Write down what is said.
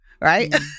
right